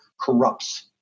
corrupts